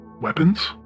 weapons